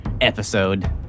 episode